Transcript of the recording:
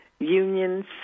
Unions